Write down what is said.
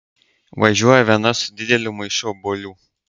važiuoja viena su dideliu maišu obuolių